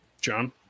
John